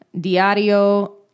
Diario